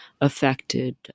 affected